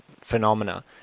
phenomena